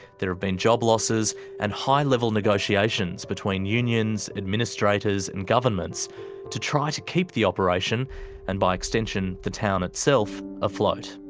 there have been job losses and high-level negotiations between unions, administrators and governments to try to keep the operation and, by extension, the town itself afloat.